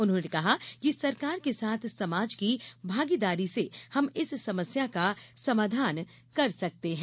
उन्होंने कहा कि सरकार के साथ समाज की भागीदारी से हम इस समस्या का समाधान कर सकते हैं